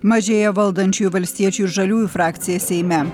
mažėja valdančiųjų valstiečių ir žaliųjų frakcija seime